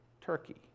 Turkey